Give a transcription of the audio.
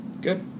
Good